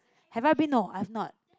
have I been no I have not